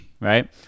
right